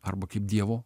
arba kaip dievo